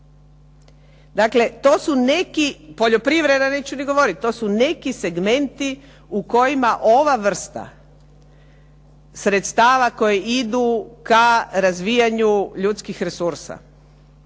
Dakle, to su neki, poljoprivreda neću ni govoriti, to su neki segmenti u kojima ova vrsta sredstva koje idu ka razvijanju ljudskih resursa